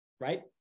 right